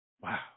Wow